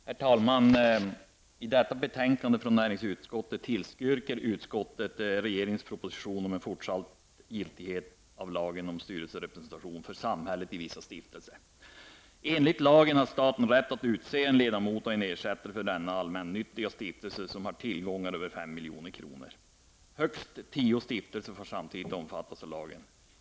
Herr talman! I detta betänkande från näringsutskottet tillstyrker utskottet regeringens proposition om fortsatt giltighet av lagen om styrelserepresentation för samhället i vissa stiftelser. Enligt lagen har staten rätt att utse en ledamot och en ersättare för denne i allmännyttiga stiftelser som har tillgångar över 5 milj.kr. Högst tio stiftelser får samtidigt omfattas av lagen.